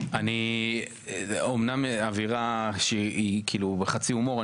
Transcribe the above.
אמנם אווירה שהיא כאילו בחצי הומור.